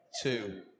two